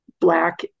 black